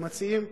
למציעים,